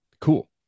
Cool